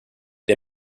der